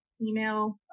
email